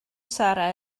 sarra